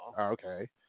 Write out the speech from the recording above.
Okay